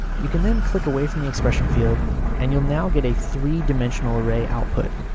you can then click away from the expression field and you'll now get a three dimension array output.